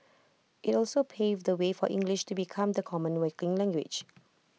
IT also paved the way for English to become the common waking language